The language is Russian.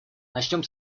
начнем